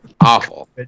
Awful